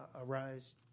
arise